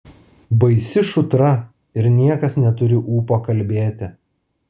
baisi šutra ir niekas neturi ūpo kalbėti